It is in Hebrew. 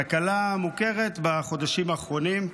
תקלה מוכרת בחודשים האחרונים.